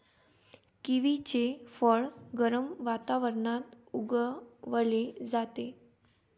किवीचे फळ गरम वातावरणात उगवले जाते